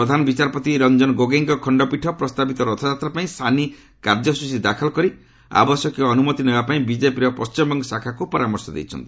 ପ୍ରଧାନ ବିଚାରପତି ରଞ୍ଜନ ଗୋଗୋଇଙ୍କ ଖଣ୍ଡପୀଠ ପ୍ରସ୍ତାବିତ ରଥଯାତ୍ରା ପାଇଁ ସାନି କାର୍ଯ୍ୟସ୍ଟଚୀ ଦାଖଲ କରି ଆବଶ୍ୟକୀୟ ଅନୁମତି ନେବା ପାଇଁ ବିଜେପିର ପଣ୍ଟିମବଙ୍ଗ ଶାଖାକୁ ପରାମର୍ଶ ଦେଇଛନ୍ତି